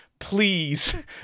please